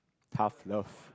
tough love